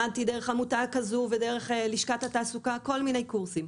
למדתי דרך עמותה כזו ודרך לשכת התעסוקה כל מיני קורסים.